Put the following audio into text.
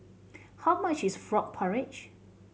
how much is frog porridge